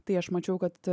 tai aš mačiau kad